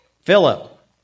Philip